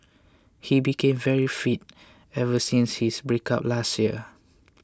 he became very fit ever since his breakup last year